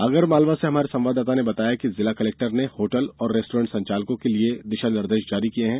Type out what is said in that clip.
आगर मालवा से हमारे संवाददाता ने बताया है कि जिला कलेक्टर ने होटल और रेस्टोरेंट संचालकों के लिए दिशा निर्देश जारी किये हैं